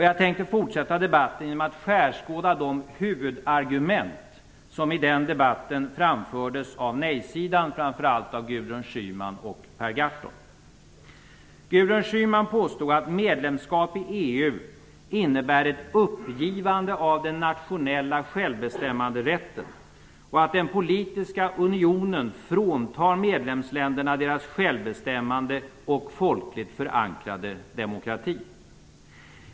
Jag tänkte fortsätta debatten genom att skärskåda de huvudargument som framfördes av nej-sidan, framför allt av Gudrun innebär ett uppgivande av den nationella självbestämmanderätten och att den politiska unionen fråntar medlemsländerna deras självbestämmande och folkligt förankrade demokrati.